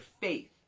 faith